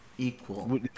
Equal